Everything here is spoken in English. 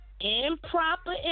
Improper